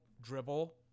dribble